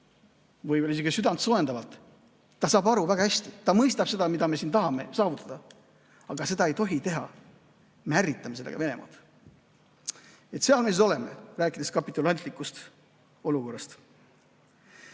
võib-olla isegi südantsoojendavalt, et ta saab väga hästi aru, ta mõistab seda, mida me tahame saavutada. Aga seda ei tohi teha. Me ärritame sellega Venemaad. Seal me siis oleme, rääkides kapitulantlikult olukorrast.